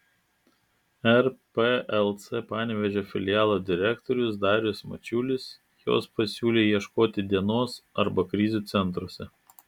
rplc panevėžio filialo direktorius darius mačiulis jos pasiūlė ieškoti dienos arba krizių centruose